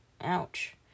Ouch